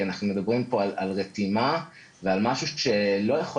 אנחנו מדברים פה על רתימה ועל משהו לא יכול